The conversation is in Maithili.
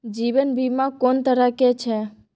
जीवन बीमा कोन तरह के छै?